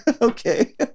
okay